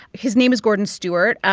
his name is gordon stewart.